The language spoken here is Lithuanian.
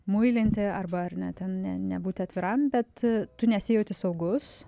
muilinti arba ar ne ten ne nebūti atviram bet tu nesijauti saugus